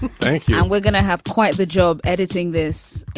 thank you. we're gonna have quite the job editing this